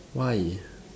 why